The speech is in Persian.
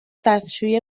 دستشویی